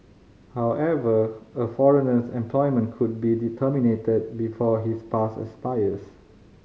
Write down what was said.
however a foreigner's employment could be before his pass expires